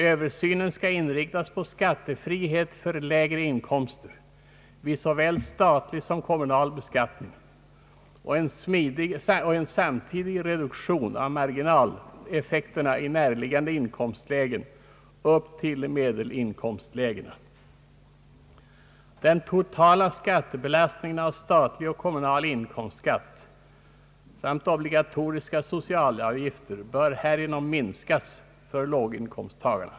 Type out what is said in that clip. Översynen skall inriktas på skattefrihet för lägre inkomster vid såväl statlig som kommunal beskattning och en samtidig reduktion av marginaleffekterna i närliggande inkomstlägen upp till medelinkomstlägena. Den totala skattebelastningen av statlig och kommunal inkomstskatt samt obligatoriska socialavgifter bör härigenom minskas för låginkomsttagarna.